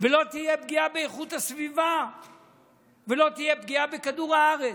ולא תהיה פגיעה באיכות הסביבה ולא תהיה פגיעה בכדור הארץ.